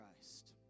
Christ